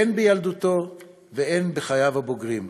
הן בילדותו והן בחייו הבוגרים,